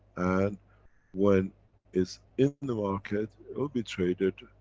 and when it's in the market it'll be traded,